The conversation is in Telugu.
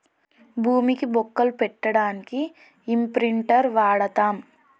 భూమికి బొక్కలు పెట్టడానికి ఇంప్రింటర్ వాడతం